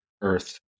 Earth